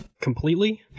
completely